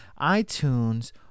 iTunes